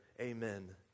Amen